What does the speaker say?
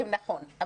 נכון.